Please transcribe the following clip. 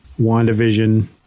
WandaVision